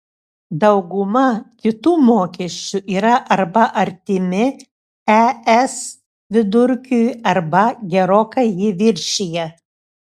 dauguma kitų mokesčių yra arba artimi es vidurkiui arba gerokai jį viršija